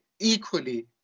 equally